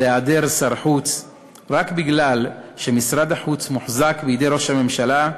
היעדר שר חוץ רק מפני שמשרד החוץ מוחזק בידי ראש הממשלה,